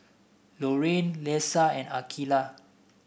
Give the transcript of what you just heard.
Loraine Lesa and Akeelah